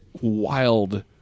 wild